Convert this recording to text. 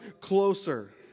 closer